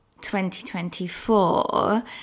2024